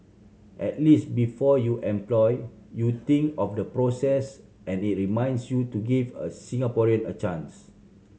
at least before you employ you think of the process and it reminds you to give a Singaporean a chance